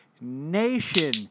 Nation